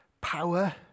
power